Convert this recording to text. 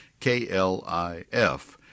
KLIF